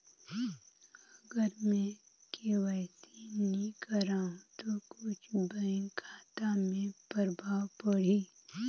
अगर मे के.वाई.सी नी कराहू तो कुछ बैंक खाता मे प्रभाव पढ़ी?